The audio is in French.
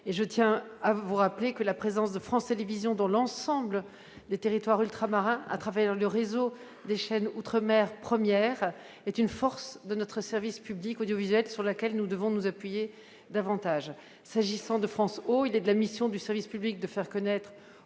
de l'audiovisuel public. La présence de France Télévisions sur l'ensemble des territoires ultramarins au travers du réseau des chaînes Outre-Mer 1 est une force de notre service public audiovisuel sur laquelle nous devons nous appuyer davantage. Concernant France Ô, il est de la mission du service public de faire connaître